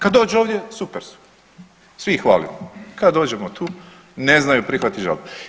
Kad dođu ovdje super su, svi ih hvalimo, kad dođemo tu ne znanju prihvatiti žalbu.